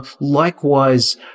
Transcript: likewise